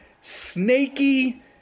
snaky